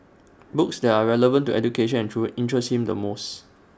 books that are relevant to education and child interest him the most